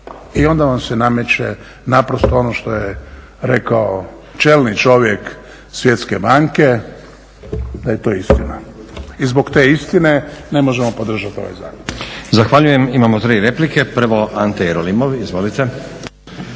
I onda vam se nameće naprosto ono što je rekao čelni čovjek Svjetske banke, da je to istina i zbog te istine ne možemo podržat ovaj zakon.